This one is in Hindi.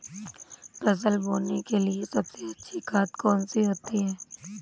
फसल बोने के लिए सबसे अच्छी खाद कौन सी होती है?